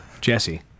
Jesse